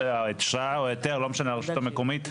דבר הרשאה או היתר לא משנה הרשות המקומית,